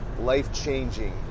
life-changing